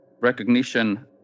recognition